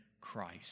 Christ